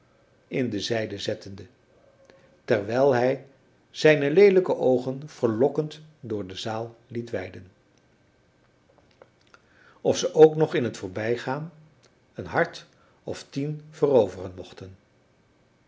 in de zijde zettende terwijl hij zijne leelijke oogen verlokkend door de zaal liet weiden of ze ook nog in t voorbijgaan een hart of tien veroveren mochten